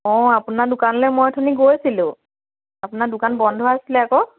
অঁ আপোনাৰ দোকানলে মই অথনি গৈছিলোঁ আপোনাৰ দোকান বন্ধ আছিলে আকৌ